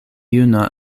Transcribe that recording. juna